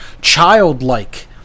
childlike